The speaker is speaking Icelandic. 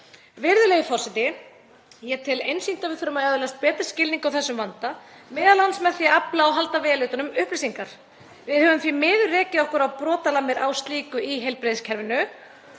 Virðulegur forseti. Ég tel einsýnt að við þurfum að öðlast betri skilning á þessum vanda, m.a. með því að afla og halda vel utan um upplýsingar. Við höfum því miður rekið okkur á brotalamir á slíku í heilbrigðiskerfinu